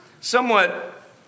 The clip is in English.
somewhat